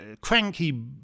cranky